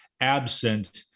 absent